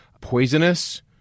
poisonous